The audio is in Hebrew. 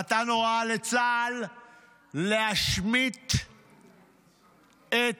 נתן הוראה לצה"ל להשמיט את